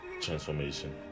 transformation